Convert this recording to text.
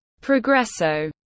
Progresso